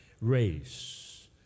race